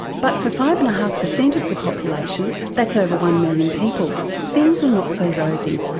but for five and a half per cent of the population that's over one million people things are not so rosy.